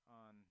on